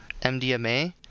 mdma